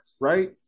right